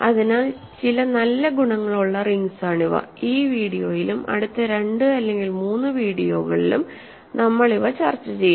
അതിനാൽ ചില നല്ല ഗുണങ്ങളുള്ള റിങ്സ് ആണിവ ഈ വീഡിയോയിലും അടുത്ത 2 അല്ലെങ്കിൽ 3 വീഡിയോകളിലും നമ്മൾ ഇവ ചർച്ച ചെയ്യും